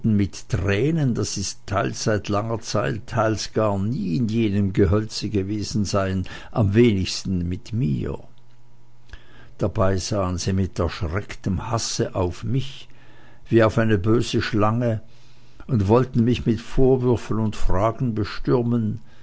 mit tränen daß sie teils seit langer zeit teils gar nie in jenem gehölze gewesen seien am wenigsten mit mir dabei sahen sie mit erschrecktem hasse auf mich wie auf eine böse schlange und wollten mich mit vorwürfen und fragen bestürmen